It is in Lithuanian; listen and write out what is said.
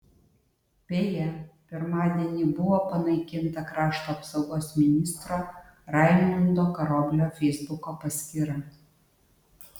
beje pirmadienį buvo panaikinta krašto apsaugos ministro raimundo karoblio feisbuko paskyra